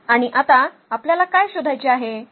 आणि आता आपल्याला काय शोधायचे आहे